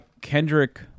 Kendrick